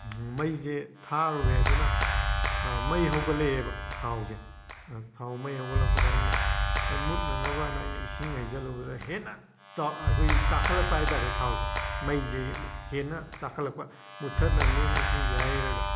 ꯃꯩꯁꯦ ꯊꯥꯔꯨꯔꯦ ꯑꯗꯨꯅ ꯃꯩ ꯍꯧꯒꯠꯂꯛꯑꯦꯕ ꯊꯥꯎꯁꯦ ꯊꯥꯎ ꯃꯩ ꯍꯧꯒꯠꯂꯛꯄꯗ ꯑꯩꯅ ꯃꯨꯠꯅꯅꯕꯅ ꯑꯩꯅ ꯏꯁꯤꯡ ꯍꯩꯖꯜꯂꯨꯕꯗ ꯍꯦꯟꯅ ꯑꯩꯈꯣꯏꯒꯤ ꯆꯥꯛꯈꯠꯂꯛꯄ ꯍꯥꯏꯇꯥꯔꯦ ꯊꯥꯎꯁꯦ ꯃꯩꯁꯦ ꯍꯦꯟꯅ ꯆꯥꯛꯈꯠꯂꯛꯄ ꯃꯨꯠꯊꯠꯅꯕꯅꯦꯅ ꯏꯁꯤꯡꯁꯦ ꯍꯩꯔꯒ